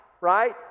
Right